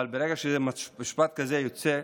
ברגע שמשפט כזה יוצא,